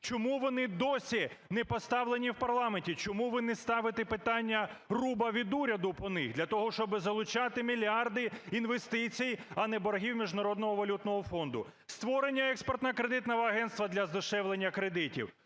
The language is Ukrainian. Чому вони досі не поставлені в парламенті? Чому ви не ставите питання руба від уряду по них, для того, щоб залучати мільярди інвестицій, а не боргів Міжнародного валютного фонду? Створення Експортно-кредитного агентства для здешевлення кредитів,